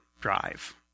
drive